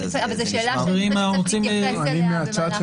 אבל זו שאלה שצריך להתייחס אליה במהלך הדיון.